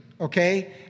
okay